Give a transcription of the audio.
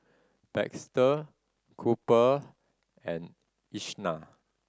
Baxter Cooper and Ishaan